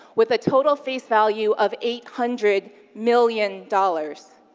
with a total face value of eight hundred million dollars,